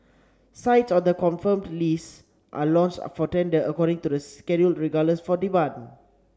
sites on the confirmed list are launched for tender according to the schedule regardless for demand